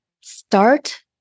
start